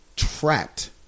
Trapped